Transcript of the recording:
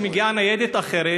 מגיעה ניידת אחרת,